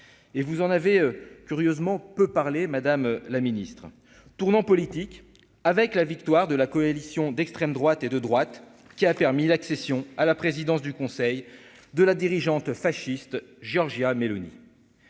et vous en avez curieusement peu parler, Madame la Ministre, tournant politique avec la victoire de la coalition d'extrême droite et de droite qui a permis l'accession à la présidence du Conseil de la dirigeante fasciste Giorgia Meloni